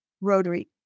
Rotary